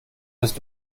bist